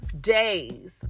days